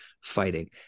fighting